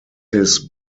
his